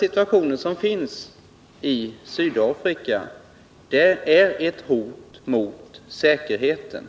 Situationen i Sydafrika är ett hot mot säkerheten.